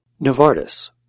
Novartis